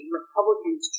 Republicans